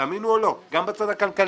תאמינו או לא, גם בצד הכלכלי.